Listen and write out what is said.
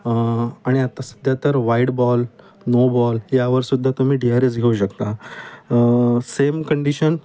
आणि आता सध्या तर वाईट बॉल नो बॉल यावर सुद्धा तुम्ही डीआरएस घेऊ शकता सेम कंडिशन